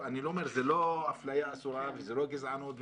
זה לא אפליה אסורה וזה לא גזענות,